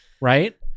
right